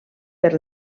per